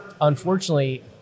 Unfortunately